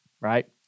right